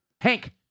Hank